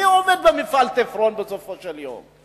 מי עובד במפעל "תפרון" בסופו של יום?